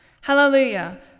Hallelujah